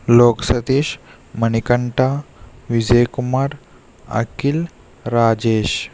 Lok Satish Manikanta Vijay Kumar Akhil Rajesh